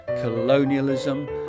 colonialism